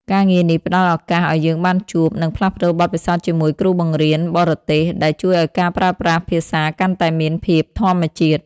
ការងារនេះផ្តល់ឱកាសឱ្យយើងបានជួប និងផ្លាស់ប្តូរបទពិសោធន៍ជាមួយគ្រូបង្រៀនបរទេស ដែលជួយឱ្យការប្រើប្រាស់ភាសាកាន់តែមានភាពធម្មជាតិ។